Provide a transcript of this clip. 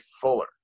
Fuller